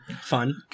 fun